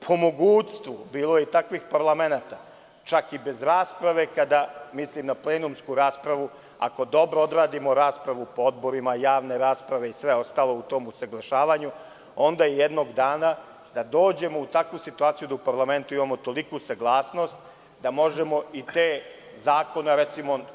Po mogućstvu, a bilo je takvih parlamenata, čak i bez rasprave, mislim na plenumsku raspravu, ako dobro odradimo raspravu po odborima, javne rasprave i sve ostalo u tom usaglašavanju, onda jednog dana da dođemo u takvu situaciju da u parlamentu imamo toliku saglasnost da možemo i te zakone da donesemo.